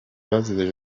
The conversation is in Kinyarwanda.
bazize